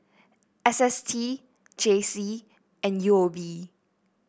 S S T J C and U O B